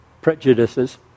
prejudices